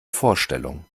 vorstellung